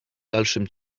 dalszym